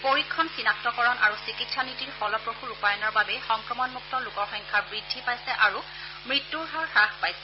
পৰীক্ষণ চিনাক্তকৰণ আৰু চিকিৎসা নীতিৰ ফলপ্ৰসূ ৰূপায়ণৰ বাবেই সংক্ৰমণমুক্ত লোকৰ সংখ্যা বৃদ্ধি পাইছে আৰু মৃত্যুৰ হাৰ হ্ৰাস পাইছে